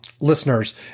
listeners